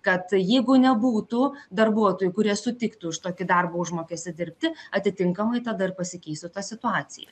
kad jeigu nebūtų darbuotojų kurie sutiktų už tokį darbo užmokestį dirbti atitinkamai tada ir pasikeisiu ta situacija